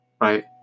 Right